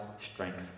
strength